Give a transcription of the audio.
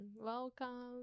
welcome